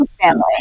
family